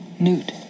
Newt